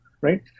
right